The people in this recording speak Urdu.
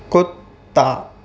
کتا